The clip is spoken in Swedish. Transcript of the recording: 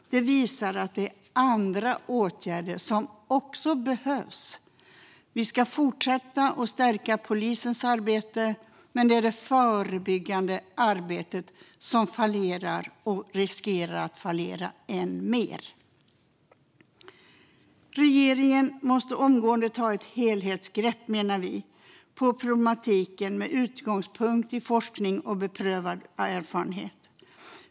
Detta visar att det behövs även andra åtgärder. Vi ska fortsätta att stärka polisens arbete, men det är det förebyggande arbetet som fallerar - och som riskerar att fallera än mer. Vi menar att regeringen omgående måste ta ett helhetsgrepp om problematiken, med utgångspunkt i forskning och beprövad erfarenhet.